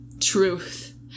Truth